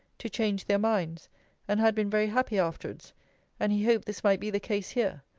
to change their minds and had been very happy afterwards and he hoped this might be the case here.